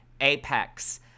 Apex